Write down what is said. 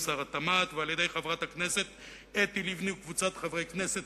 ועל-ידי חברת אתי לבני וקבוצת חברי הכנסת,